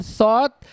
thought